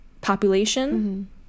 population